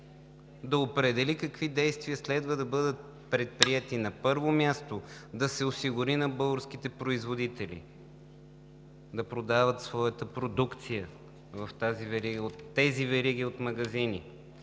да определи какви действия следва да бъдат предприети. На първо място, да се осигури на българските производители да продават своята продукция в тези вериги от магазини.